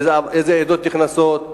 איזה עדות נכנסות,